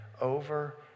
over